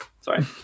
sorry